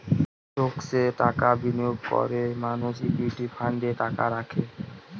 স্টকসে টাকা বিনিয়োগ করে মানুষ ইকুইটি ফান্ডে টাকা রাখে